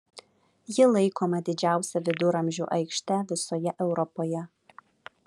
ji laikoma didžiausia viduramžių aikšte visoje europoje